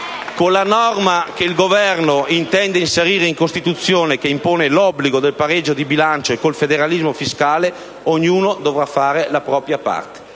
Con la norma che il Governo intende inserire in Costituzione, che impone l'obbligo del pareggio di bilancio, e con il federalismo fiscale, ognuno dovrà fare la propria parte,